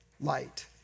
light